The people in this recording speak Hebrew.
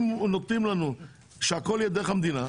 אם נותנים לנו שהכול יהיה דרך המדינה,